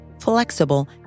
flexible